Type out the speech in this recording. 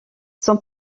son